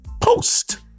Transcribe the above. post